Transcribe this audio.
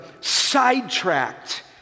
sidetracked